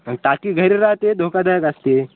आणि टाकी घरी राहते धोकादायक असते